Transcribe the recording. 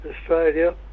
Australia